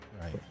right